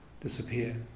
disappear